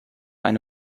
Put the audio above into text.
eine